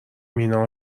مینا